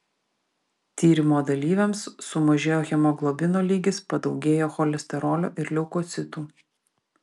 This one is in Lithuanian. tyrimo dalyviams sumažėjo hemoglobino lygis padaugėjo cholesterolio ir leukocitų